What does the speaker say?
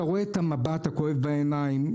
אתה רואה את המבט הכואב בעיניים,